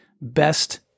best